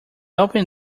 open